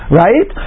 right